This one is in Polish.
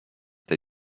tej